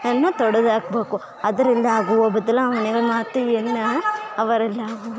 ಯನ್ನು ತೊಡುದು ಹಾಕಬೇಕು ಅದರಿಂದ ಆಗುವ ಬದಲಾವಣೆಗಳು ಮತ್ತು ಎನ್ನ ಅವರೆಲ್ಲ